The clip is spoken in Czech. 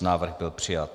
Návrh byl přijat.